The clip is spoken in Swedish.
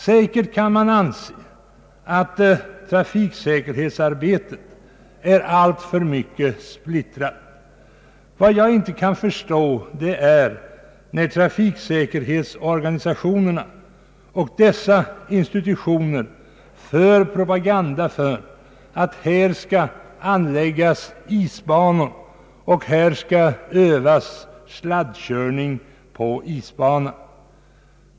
Säkert kan man säga att trafiksäkerhetsarbetet är alltför splittrat. Vad jag inte kan förstå är att trafiksäkerhetsorganisationerna och andra institutioner gör propaganda för att det skall anläggas isbanor och att det skall övas sladdkörning på isbana.